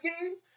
games